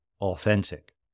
authentic